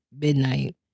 midnight